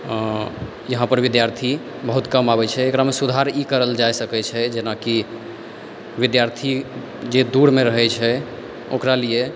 यहांँ पर विद्यार्थी बहुत कम आबै छै एकरामे सुधार ई करल जा सकै छै जेनाकि विद्यार्थी जे दुरमे रहै छै ओकरा लिए